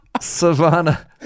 Savannah